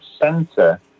center